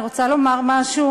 אני רוצה לומר משהו,